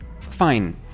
Fine